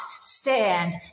stand